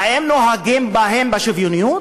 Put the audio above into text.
האם נוהגים בהם בשוויוניות?